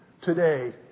today